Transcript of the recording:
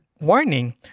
warning